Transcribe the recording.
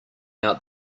out